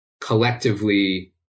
collectively